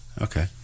Okay